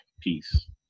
Peace